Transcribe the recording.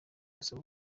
asaba